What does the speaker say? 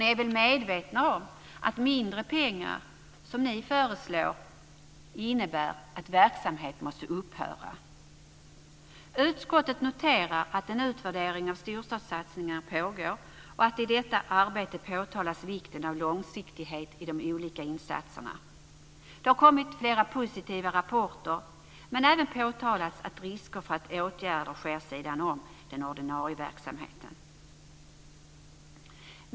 Ni är väl medvetna om att mindre pengar, som ni föreslår, innebär att verksamhet måste upphöra. Utskottet noterar att en utvärdering av storstadssatsningarna pågår, och i detta arbete påtalas vikten av långsiktighet i de olika insatserna. Det har kommit flera positiva rapporter, men även påtalats risker för att åtgärder sker vid sidan av den ordinarie verksamheten.